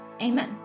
Amen